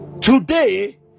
today